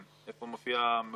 או מקבלים אותו באופן